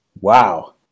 Wow